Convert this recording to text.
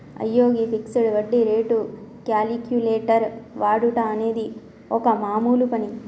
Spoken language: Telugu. అయ్యో గీ ఫిక్సడ్ వడ్డీ రేటు క్యాలిక్యులేటర్ వాడుట అనేది ఒక మామూలు పని